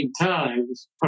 times